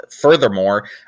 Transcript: furthermore